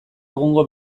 egungo